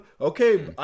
Okay